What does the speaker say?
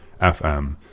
FM